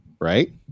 right